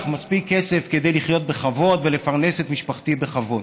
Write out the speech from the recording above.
מספיק כסף לחיות בכבוד ולפרנס את משפחתי בכבוד,